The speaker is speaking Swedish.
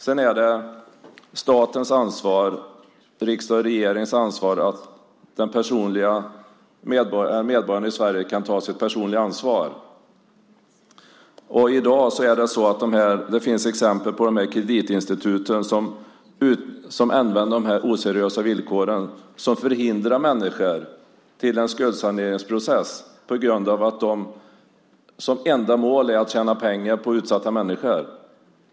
Det är statens ansvar - riksdags och regerings ansvar - att medborgarna i Sverige kan ta sitt personliga ansvar. I dag finns det exempel på kreditinstitut som använder dessa oseriösa villkor som förhindrar människor till en skuldsaneringsprocess på grund av att de har som enda mål att tjäna pengar på utsatta människor.